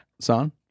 Son